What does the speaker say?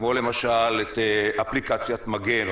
כמו למשל אפליקציית מגן,